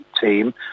team